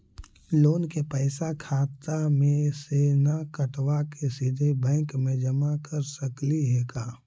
Loan के पैसा खाता मे से न कटवा के सिधे बैंक में जमा कर सकली हे का?